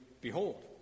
Behold